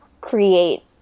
create